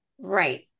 Right